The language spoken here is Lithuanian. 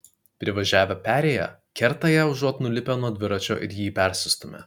privažiavę perėją kerta ją užuot nulipę nuo dviračio ir jį persistūmę